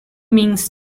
means